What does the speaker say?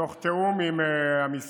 תוך תיאום עם המשרד.